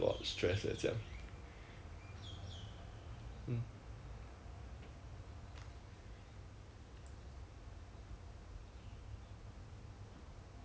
then he's going ya then he's going back to New Zealand lah but then err when 我跟他跟他做那个 recurrent 的时候 then it wa~ when it was just two of us then he was cursing and swearing at Ivan like 他讲 this guy is very selfish